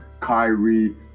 Kyrie